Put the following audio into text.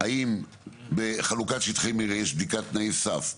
האם בחלוקת שטחי מרעה יש בדיקת תנאי סף,